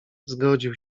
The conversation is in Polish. zgodził